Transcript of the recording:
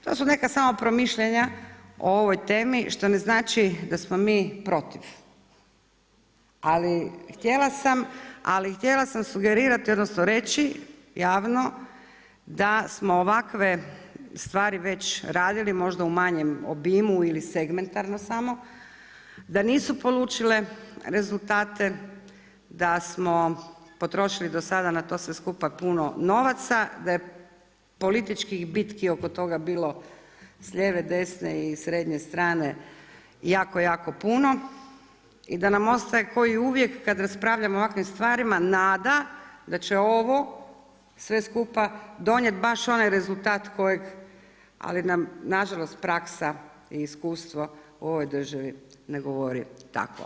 To su neka samo promišljanja o ovoj temi što ne znači da smo mi protiv, ali htjela sam sugerirati odnosno reći, javno da smo ovakve stvari već radili, možda u manjem obimu ili segmentarno samo, da nisu polučile rezultate, da smo potrošili do sada na to sve skupa puno novaca, da je političkih bitki oko toga bilo s lijeve, desne i srednje strane jako, jako puno i da nam ostaje kao i uvijek kada raspravljamo o ovakvim stvarima nada da će ovo sve skupa donijeti baš onaj rezultat kojeg, ali nam nažalost praksa i iskustvo u ovoj državi ne govori tako.